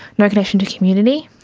no connection to community,